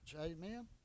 amen